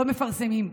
לא מפרסמים.